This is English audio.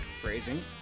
phrasing